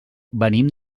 venim